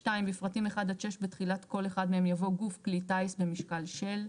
(2) בפרטים (1) עד (6) בתחילת כל אחד מהם יבוא: גוף כלי טיס במשקל של".